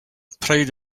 proud